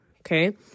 okay